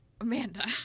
amanda